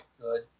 good